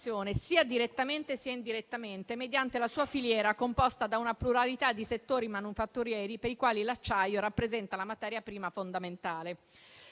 sia direttamente, sia indirettamente, mediante la sua filiera composta da una pluralità di settori manifatturieri per i quali l'acciaio rappresenta la materia prima fondamentale.